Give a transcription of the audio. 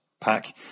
pack